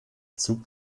zug